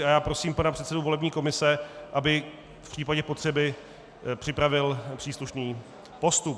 A já prosím pana předsedu volební komise, aby v případě potřeby připravil příslušný postup.